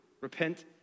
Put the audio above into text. repent